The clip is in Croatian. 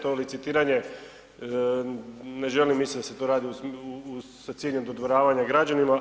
To licitiranje ne želim, mislim da se to radi sa ciljem dodvoravanja građanima.